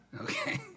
okay